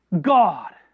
God